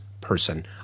person